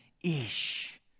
ish